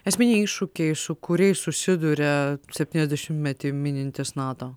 esminiai iššūkiai su kuriais susiduria septyniasdešimtmetį minintis nato